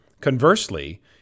Conversely